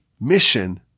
mission